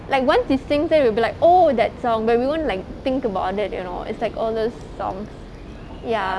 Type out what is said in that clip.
like once you sing then they will be like oh that song but we won't like think about it you know it's like all those songs ya